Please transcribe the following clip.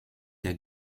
der